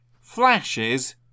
flashes